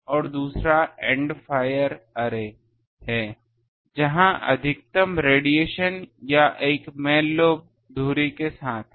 और दूसरा end fire array है जहां अधिकतम रेडिएशन या एक मैन लोब धुरी के साथ है